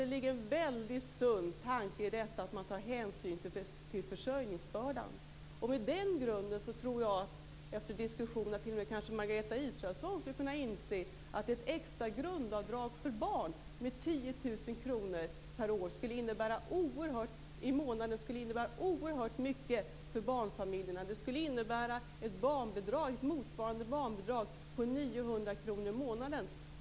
Låt mig säga något viktigt: Att man tar hänsyn till försörjningsbördan är en väldigt sund tanke. Med den grunden tror jag att t.o.m. Margareta Israelsson efter diskussion skulle kunna inse att ett extra grundavdrag med 10 000 kr per barn och år skulle innebära oerhört mycket för barnfamiljerna. Det skulle motsvara ett barnbidrag på 900 kr i månaden.